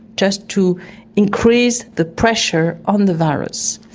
just to increase the pressure on the virus.